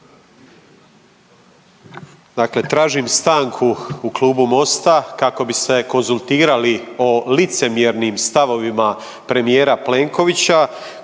Dakle tražim stanku i Klubu Mosta, kako bi se konzultirali o licemjernim stavovima premijera Plenkovića